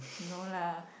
no lah